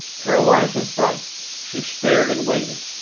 paralyzed with fright she stared and waited,